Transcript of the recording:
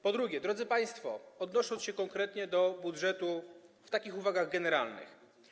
Po drugie, drodzy państwo, odniosę się konkretnie do budżetu, w takich uwagach generalnych.